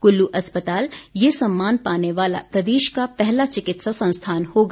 कुल्लू अस्पताल ये सम्मान पाने वाला प्रदेश का पहला चिकित्सा संस्थान होगा